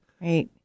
Right